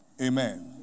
Amen